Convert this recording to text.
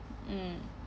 mm